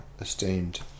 esteemed